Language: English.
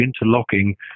interlocking